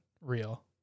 real